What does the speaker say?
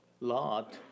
Lot